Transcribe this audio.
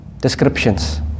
descriptions